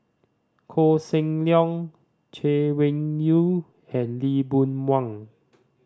Koh Seng Leong Chay Weng Yew and Lee Boon Wang